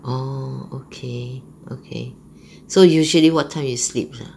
orh okay okay so usually what time you sleep